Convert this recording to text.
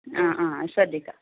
ആ ആ ശ്രദ്ധിക്കാം